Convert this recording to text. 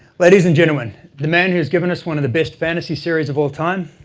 ladies and gentlemen, the man who's given us one of the best fantasy series of all time,